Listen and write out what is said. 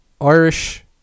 Irish